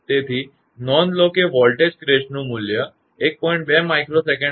તેથી નોંધ લો કે વોલ્ટેજનું ક્રેસ્ટ મૂલ્ય મહતમ કિંમત 1